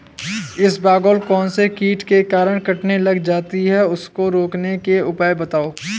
इसबगोल कौनसे कीट के कारण कटने लग जाती है उसको रोकने के उपाय बताओ?